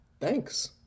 thanks